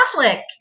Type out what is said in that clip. Catholic